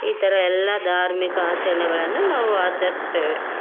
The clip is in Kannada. ಈ ಥರ ಎಲ್ಲ ಧಾರ್ಮಿಕ ಆಚರಣೆಗಳನ್ನು ನಾವು ಆಚರಿಸ್ತೇವೆ